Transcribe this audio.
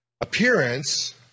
appearance